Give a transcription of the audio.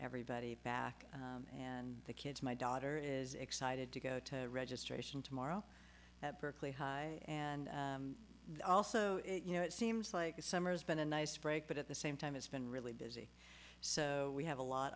everybody back and the kids my daughter is excited to go to registration tomorrow at berkeley high and also you know it seems like a summer has been a nice break but at the same time it's been really busy so we have a lot